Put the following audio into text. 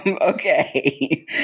Okay